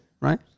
right